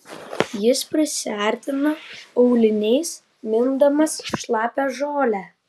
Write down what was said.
jis prisiartino auliniais mindamas šlapią žolę